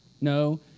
No